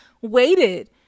waited